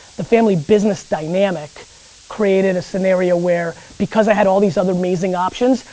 the family business dynamic created a scenario where, because i had all these other amazing options,